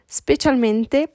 specialmente